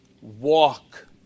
Walk